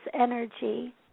energy